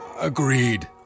Agreed